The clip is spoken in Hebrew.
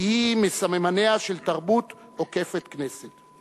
כי אם מסממניה של תרבות עוקפת כנסת.